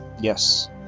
Yes